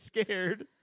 scared